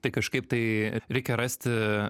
tai kažkaip tai reikia rasti